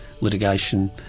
litigation